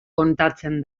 kontatzen